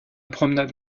promenade